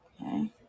Okay